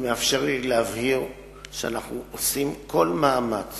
היא מאפשרת לי להבהיר שאנחנו עושים כל מאמץ